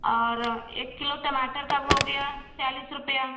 और एक किलो टमाटर का हो गया चालीस रुपया